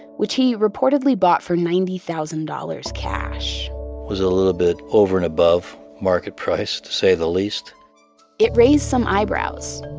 which he reportedly bought for ninety thousand dollars cash it was a little bit over and above market price, to say the least it raised some eyebrows.